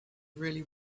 really